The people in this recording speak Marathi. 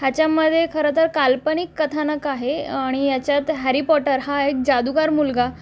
ह्याच्यामध्ये खरं तर काल्पनिक कथानक आहे आणि याच्यात हॅरी पॉटर हा एक जादूगार मुलगा